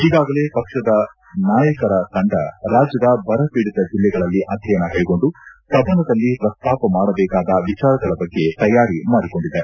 ಈಗಾಗಲೇ ಪಕ್ಷದ ನಾಯಕರ ತಂಡ ರಾಜ್ಯದ ಬರ ಪೀಡಿತ ಜಿಲ್ಲೆಗಳಲ್ಲಿ ಅಧ್ಯಯನ ಕೈಗೊಂಡು ಸದನದಲ್ಲಿ ಪ್ರಸ್ತಾಪ ಮಾಡಬೇಕಾದ ವಿಚಾರಗಳ ಬಗ್ಗೆ ತಯಾರಿ ಮಾಡಿಕೊಂಡಿದೆ